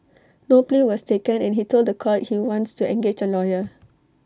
no plea was taken and he told The Court he wants to engage A lawyer